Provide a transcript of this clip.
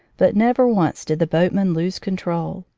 but never once did the boatman lose control.